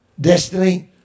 Destiny